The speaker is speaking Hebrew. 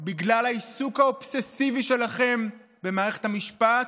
בגלל העיסוק האובססיבי שלכם במערכת המשפט,